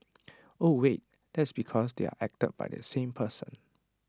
oh wait that's because they're acted by the same person